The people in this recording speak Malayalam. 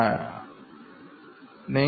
ഒരു മാർഗം